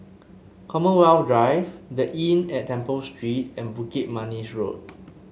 Commonwealth Drive The Inn at Temple Street and Bukit Manis Road